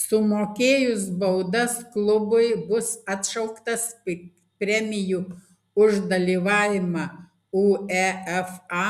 sumokėjus baudas klubui bus atšauktas premijų už dalyvavimą uefa